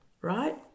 right